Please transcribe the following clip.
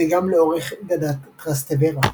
וגם לאורך גדת טרסטוורה.